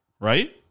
Right